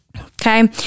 okay